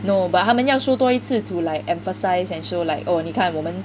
no but 他们要 show 多一次 to like emphasise and show like oh 你看我们